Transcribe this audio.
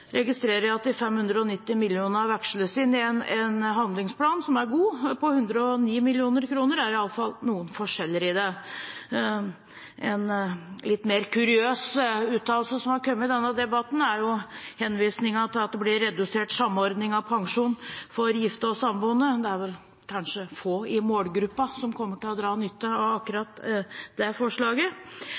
registrerer jeg at de 590 mill. kr veksles inn i en handlingsplan – som er god – på 109 mill. kr, det er i alle fall noen forskjeller. En litt mer kuriøs uttalelse som har kommet i denne debatten, er henvisningen til at det blir redusert samordning av pensjon for gifte og samboende, det er vel kanskje få i målgruppen som kommer til å dra nytte av akkurat det forslaget.